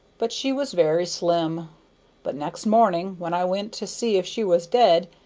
but she was very slim but next morning, when i went to see if she was dead,